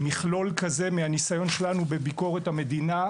מכלול כזה מהניסיון שלנו בביקורת המדינה,